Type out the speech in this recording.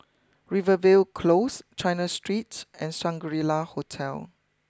Rivervale close China Streets and Shangri La Hotel